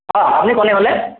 অঁ আপুনি কোনে ক'লে